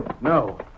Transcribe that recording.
No